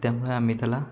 त्यामुळे आम्ही त्याला